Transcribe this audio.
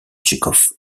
tchekhov